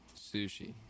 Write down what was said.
sushi